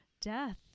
death